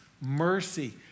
mercy